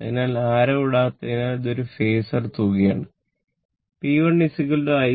അതിനാൽ അരൌ ഇടാത്തതിനാൽ ഇത് ഒരു ഫാസർ അത് ∟0 ആണ് അതിനാൽ P VI